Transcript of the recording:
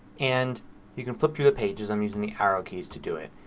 and you can flip through the pages. i'm using the arrow keys to do it.